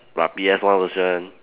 but P_S one version